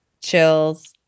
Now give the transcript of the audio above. chills